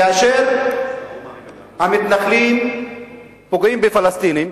כאשר המתנחלים פוגעים בפלסטינים,